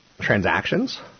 transactions